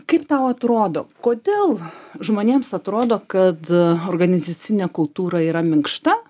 kaip tau atrodo kodėl žmonėms atrodo kad organizacinė kultūra yra minkšta